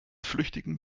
flüchtigen